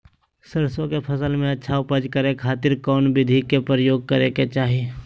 सरसों के फसल में अच्छा उपज करे खातिर कौन विधि के प्रयोग करे के चाही?